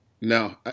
No